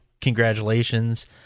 Congratulations